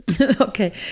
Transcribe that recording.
okay